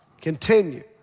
continue